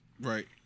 Right